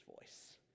voice